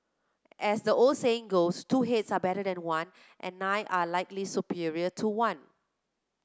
as the old saying goes two heads are better than one and nine are likely superior to one